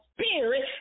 spirit